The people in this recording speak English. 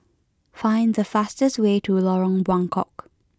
find the fastest way to Lorong Buangkok